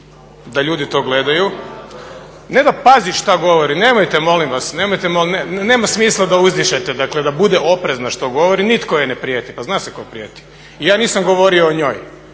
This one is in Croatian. da ljudi to gledaju. Ne da pazi šta govori, nemojte molim vas, nema smisla da uzdišete, da bude oprezna što govori. Nitko joj ne prijeti, pa zna se tko prijeti i ja nisam govorio o njoj,